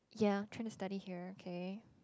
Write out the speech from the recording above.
ya trying to study here okay